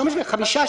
חמישה,